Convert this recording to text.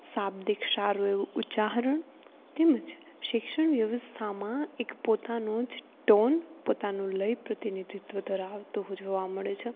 શાબ્દિક સારું એવું ઉચ્ચારણ તેમજ શિક્ષણ વ્યવસ્થામાં એક પોતાનો જ ટોન પોતાનું લય પ્રતિનિધિત્ત્વ ધરાવતો જોવા મળે છે